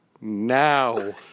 now